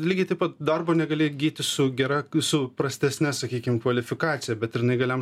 lygiai taip pat darbo negali įgyti su gera su prastesne sakykim kvalifikacija bet ir neįgaliam